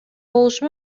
болушу